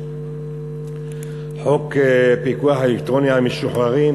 חוק פיקוח אלקטרוני על משוחררים,